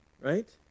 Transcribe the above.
right